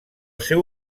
seu